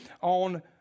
on